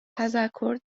تذکر